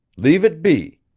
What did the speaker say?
leave it be.